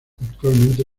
actualmente